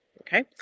Okay